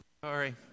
sorry